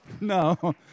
No